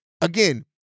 again